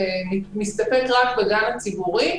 מסתפק רק בגן הציבורי,